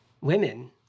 women